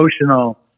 emotional